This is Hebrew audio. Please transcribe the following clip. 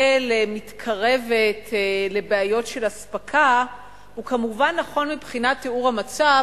מתקרבת לבעיות של אספקה היא כמובן נכונה מבחינת תיאור המצב,